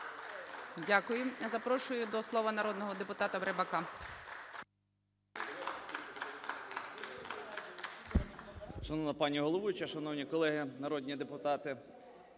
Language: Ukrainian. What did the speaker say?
Дякую. Запрошую до слова народного депутата Рибака.